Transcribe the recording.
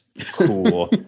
Cool